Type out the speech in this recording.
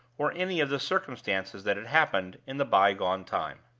or any of the circumstances that had happened, in the by-gone time.